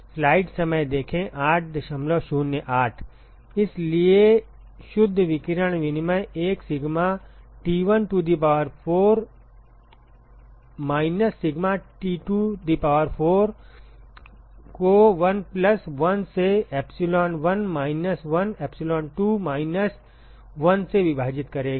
इसलिए इसलिए शुद्ध विकिरण विनिमय एक sigma T1 to the power of 4 minus sigma T2 to the power of 4 को 1 प्लस 1 से epsilon1 माइनस 1 epsilon 2 माइनस 1 से विभाजित करेगा